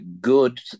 good